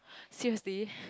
seriously